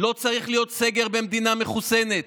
לא צריך להיות סגר במדינה מחוסנת.